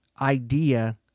idea